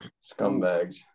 scumbags